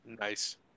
Nice